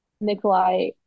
Nikolai